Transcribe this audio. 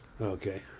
Okay